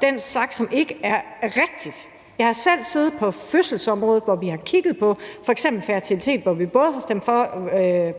den slags ting, som ikke er rigtige. Jeg har selv været med på fødselsområdet, hvor vi har kigget på fertilitet, og hvor vi både har stemt for